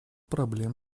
проблем